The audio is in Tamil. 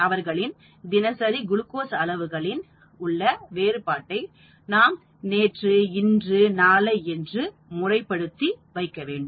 அவர்களின் தினசரி குளுக்கோஸ் அளவுகளின் உள்ள வேறுபாட்டை நாம் நேற்று இன்று நாளை என்று முறைப்படுத்தி வைக்க வேண்டும்